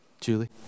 Julie